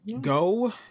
Go